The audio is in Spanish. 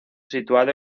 situado